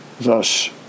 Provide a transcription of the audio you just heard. Thus